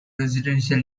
residential